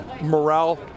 morale